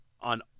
on